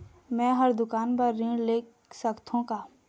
मैं हर दुकान बर ऋण ले सकथों का?